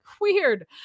weird